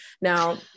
now